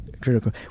critical